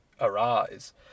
arise